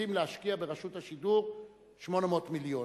צריכים להשקיע ברשות השידור 800 מיליון,